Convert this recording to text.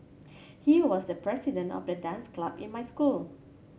he was the president of the dance club in my school